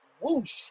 whoosh